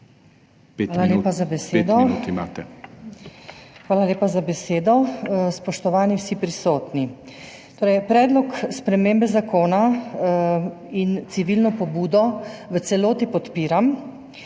(PS Levica):** Hvala lepa za besedo. Spoštovani vsi prisotni! Predlog spremembe zakona in civilno pobudo v celoti podpiram.